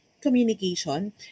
Communication